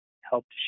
helped